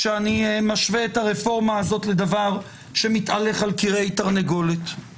כשאני משווה את הרפורמה הזאת לדבר שמתהלך על כרעי תרנגולת.